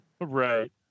right